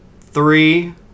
Three